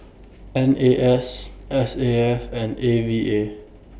N A S S A F and A V A